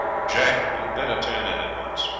jack, you had better turn in at once.